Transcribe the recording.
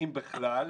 אם בכלל,